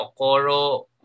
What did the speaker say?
Okoro